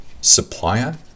supplier